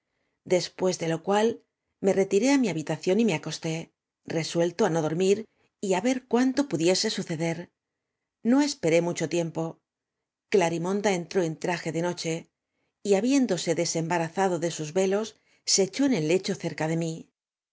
después de lo cual me retiré á mi habitación y me acosté resuelto á no dormir y á ver cuanto pudiese suceder no esperé m u cho tiempo clarimoada entró en traje de no che y habiéndose desembarazado de sus velos se echó en el lecho cerca de mí